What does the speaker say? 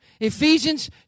Ephesians